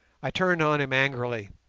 i turned on him angrily,